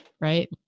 Right